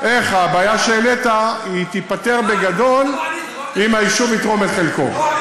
איך הבעיה שהעלית תיפתר בגדול אם היישוב יתרום את חלקו.